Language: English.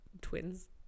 twins